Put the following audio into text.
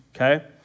okay